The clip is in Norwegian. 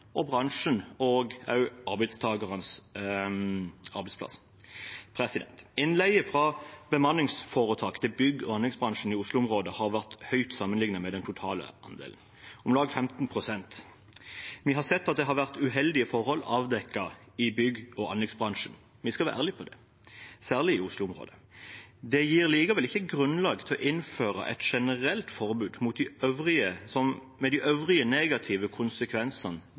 og bransjen og også arbeidstakernes arbeidsplass. Innleie fra bemanningsforetak til bygg- og anleggsbransjen i Oslo-området har vært høyt sammenlignet med den totale andelen, om lag 15 pst. Vi har sett at det har vært avdekket uheldige forhold i bygg- og anleggsbransjen, særlig i Oslo-området. Vi skal være ærlige på det. Det gir likevel ikke grunnlag for å innføre et generelt forbud, med de øvrige negative konsekvensene som